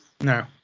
No